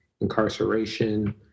incarceration